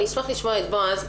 אני אשמח לשמוע את בועז,